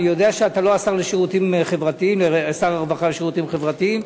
אני יודע שאתה לא שר הרווחה והשירותים החברתיים,